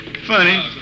Funny